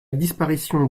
disparition